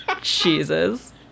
Jesus